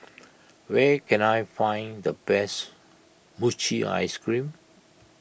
where can I find the best Mochi Ice Cream